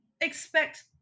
expect